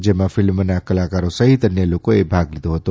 જેમાં ફિલ્મના કલાકારો સહિત અન્ય લોકોએ ભાગ લીધો હતો